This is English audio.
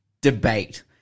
debate